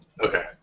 Okay